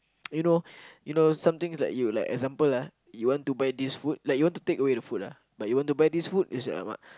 you know something like you for example you want to buy this food you want to take away this food like you want to buy this food you say how much